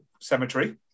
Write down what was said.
Cemetery